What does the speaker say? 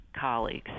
colleagues